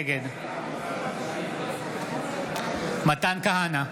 נגד מתן כהנא,